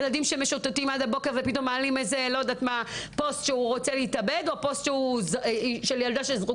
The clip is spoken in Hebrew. ילדים שמשוטטים עד הבוקר ומעלים פוסט אובדני או שהם זרוקים.